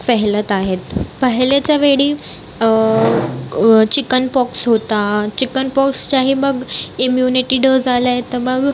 फैलत आहेत पहिलेच्या वेळी चिकनपॉक्स होता चिकनपॉक्सच्याही मग इम्युनिटी डोज आला आहे तर मग